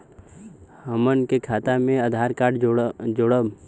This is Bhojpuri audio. हमन के खाता मे आधार कार्ड जोड़ब?